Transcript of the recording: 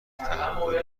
تحولی